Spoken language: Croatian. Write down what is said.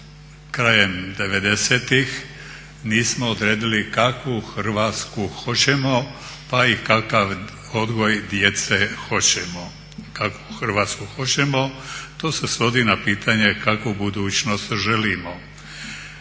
krajem 90.tih nismo odredili kakvu Hrvatsku hoćemo, pa i kakav odgoj djece hoćemo. Kakvu Hrvatsku hoćemo, to se svodi na pitanje kakvu budućnost želimo.